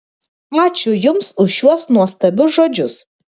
ačiū jums už šiuos nuostabius žodžius